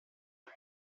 que